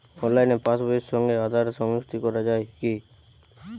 অনলাইনে পাশ বইয়ের সঙ্গে আধার সংযুক্তি করা যায় কি?